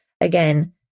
Again